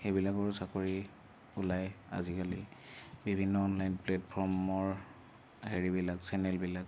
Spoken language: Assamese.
সেইবিলাকৰো চাকৰি ওলাই আজিকালি বিভিন্ন অনলাইন প্লেটফৰ্মৰ হেৰিবিলাক চেনেলবিলাক